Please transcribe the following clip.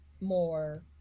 more